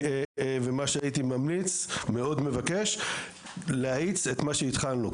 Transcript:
מה שהייתי ממליץ ומאוד מבקש, להאיץ את מה שהתחלנו.